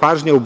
pažnja u